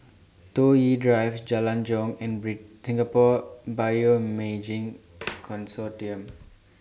Toh Yi Drive Jalan Jong and Singapore Bioimaging Consortium